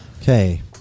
okay